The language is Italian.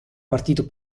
partito